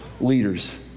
leaders